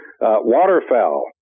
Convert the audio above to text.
Waterfowl